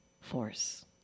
force